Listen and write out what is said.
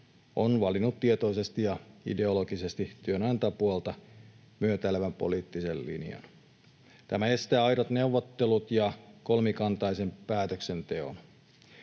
ovat valinneet tietoisesti ja ideologisesti työnantajapuolta myötäilevän poliittisen linjan. Tämä estää aidot neuvottelut ja kolmikantaisen päätöksenteon.